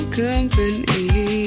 company